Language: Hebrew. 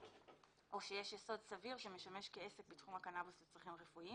או שיש יסוד סביר שמשמש כעסק בתחום הקנאבוס לצרכים רפואיים